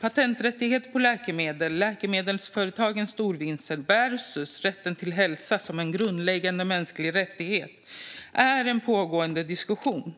Patenträttighet på läkemedel och läkemedelsföretagens storvinster versus rätten till hälsa som en grundläggande mänsklig rättighet är en pågående diskussion.